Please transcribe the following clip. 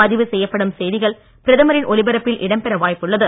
பதிவு செய்யப்படும் செய்திகள் பிரதமரின் ஒலிபரப்பில் இடம் பெற வாய்ப்புள்ளது